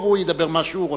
והוא ידבר מה שהוא רוצה.